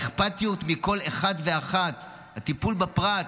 האכפתיות מכל אחד ואחת, הטיפול בפרט,